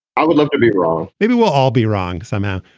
i would love to be wrong maybe we'll all be wrong somehow.